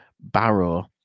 Barrow